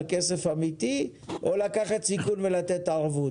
כסף אמיתי או לקחת סיכון ולתת ערבות?